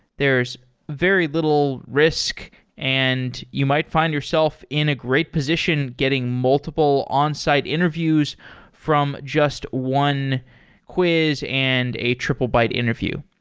there's very little risk and you might find yourself in a great position getting multiple onsite interviews from just one quiz and a triplebyte interview.